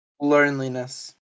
Loneliness